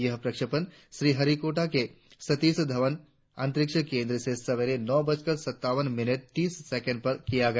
यह प्रक्षेपण श्री हरिकोटा के सतीश धवन अंतरिक्ष केंद्र से सवेरे नौ बजकर सत्तावन मिनट तीस सैकेंड पर किया गया